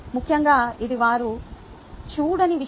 ముఖ్యంగా ఇది వారు చూడని విషయం